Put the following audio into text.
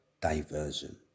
diversion